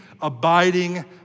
abiding